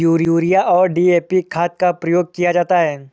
urea और DAP खाद का प्रयोग किया जाता है